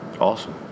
Awesome